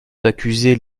d’accuser